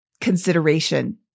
consideration